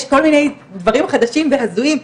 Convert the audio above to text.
יש כל מיני דברים חדשים והזויים,